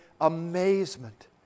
amazement